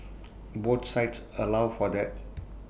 both sites allow for that